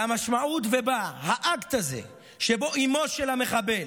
והמשמעות של האקט הזה, שבו אימו של המחבל